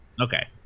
okay